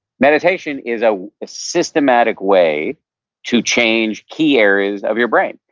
meditation is a ah systematic way to change key areas of your brain.